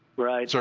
right. so